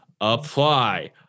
apply